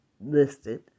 listed